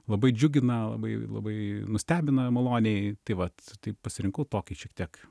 labai džiugina labai labai nustebina maloniai tai vat tai pasirinkau tokį šiek tiek